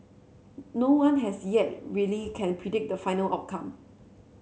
no one as yet really can predict the final outcome